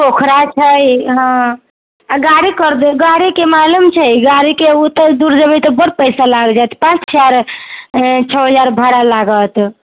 पोखरा छै इहाँ आ गाड़ी करि दो गाड़ी के मालूम छै गाड़ी के ओते दूर जेबै तऽ बड़ पइसा लागि जायत पाॅंच चारि आ छओ हजार भाड़ा लागत